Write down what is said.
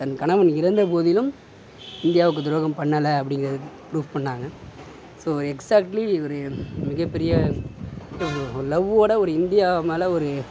தன் கணவன் இறந்த போதிலும் இந்தியாவுக்கு துரோகம் பண்ணலை அப்டிங்கிற ப்ரூப் பண்ணாங்க ஸோ எக்ஸாட்லி இவர் மிகப்பெரிய ஒரு லவ்வோட ஒரு இந்தியா மேலே ஒரு